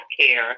healthcare